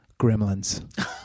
Gremlins